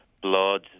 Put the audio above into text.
blood